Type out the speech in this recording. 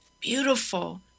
beautiful